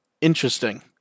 interesting